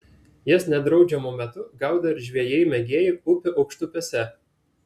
jas nedraudžiamu metu gaudo ir žvejai mėgėjai upių aukštupiuose